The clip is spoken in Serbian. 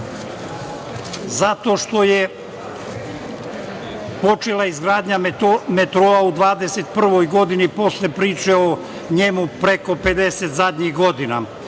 zato što je počela izgradnja metroa u 2021. godini posle priče o njemu preko 50 zadnjih godina,